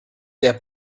der